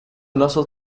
nasıl